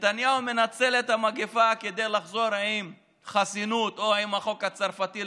נתניהו מנצל את המגפה כדי לחזור עם חסינות או עם החוק הצרפתי,